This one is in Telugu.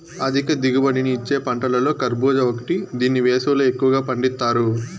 అధిక దిగుబడిని ఇచ్చే పంటలలో కర్భూజ ఒకటి దీన్ని వేసవిలో ఎక్కువగా పండిత్తారు